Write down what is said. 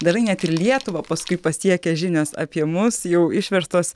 dažnai net ir lietuvą paskui pasiekia žinios apie mus jau išverstos